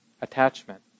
attachment